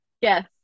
Yes